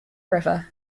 river